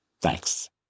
Thanks